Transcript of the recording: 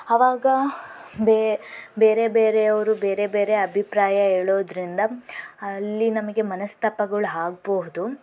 ಅವಾಗ ಬೇರೆ ಬೇರೆಯವರು ಬೇರೆ ಬೇರೆ ಅಭಿಪ್ರಾಯ ಹೇಳೋದ್ರಿಂದ ಅಲ್ಲಿ ನಮಗೆ ಮನಸ್ತಾಪಗಳು ಆಗ್ಬೋದು